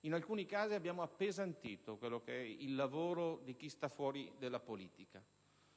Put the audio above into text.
in alcuni casi abbiamo appesantito il lavoro di chi sta fuori dalla politica.